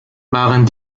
waren